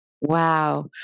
Wow